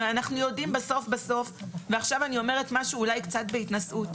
הרי אנחנו יודעים שבסוף ועכשיו אני אומרת משהו אולי קצת בהתנשאות